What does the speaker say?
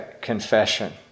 confession